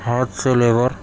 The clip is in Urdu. ہاتھ سے لیبر